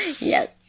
Yes